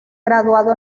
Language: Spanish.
graduado